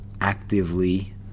actively